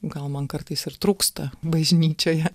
gal man kartais ir trūksta bažnyčioje